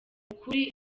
ukuri